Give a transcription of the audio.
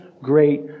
great